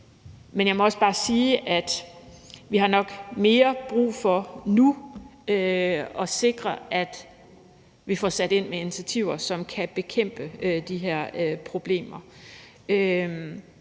Men jeg må også bare sige, at vi nok nu har mere brug for at sikre, at vi får sat ind med initiativer, som kan bekæmpe de her problemer.